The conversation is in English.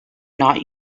not